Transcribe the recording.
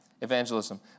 evangelism